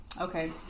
okay